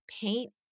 Paint